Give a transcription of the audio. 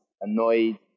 annoyed